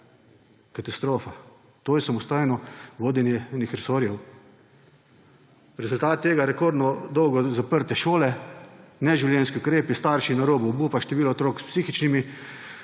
Katastrofa. To je samostojno vodenje enih resorjev? Rezultat tega – rekordno dolgo zaprte šole, neživljenjski ukrepi, starši na robu obupa, število otrok s psihičnimi